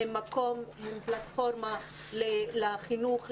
הם פלטפורמה לחינוך,